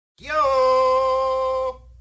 Yo